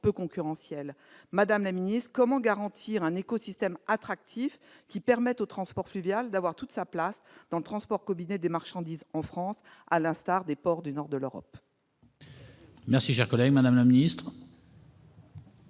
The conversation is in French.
concurrentiel. Madame la ministre, comment garantir un écosystème attractif qui permette au transport fluvial d'avoir toute sa place dans le transport combiné des marchandises en France, à l'instar de ce qui existe dans les ports du nord de l'Europe ?